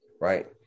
right